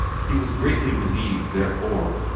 he was greatly relieved, therefore,